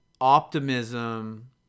optimism